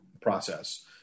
process